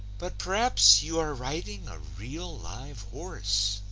but p'rhaps you are riding a real live horse